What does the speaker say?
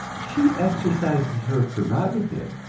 she exercises her prerogative,